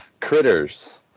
Critters